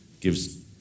gives –